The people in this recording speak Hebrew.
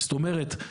זאת אומרת,